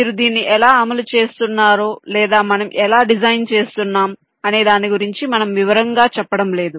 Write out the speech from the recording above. మీరు దీన్ని ఎలా అమలు చేస్తున్నారు లేదా మనం ఎలా డిజైన్ చేస్తున్నాం అనే దాని గురించి మనము వివరంగా చెప్పడం లేదు